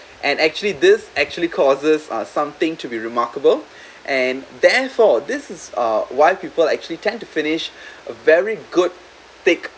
and actually this actually causes uh something to be remarkable and therefore this is uh why people are actually tend to finish a very good big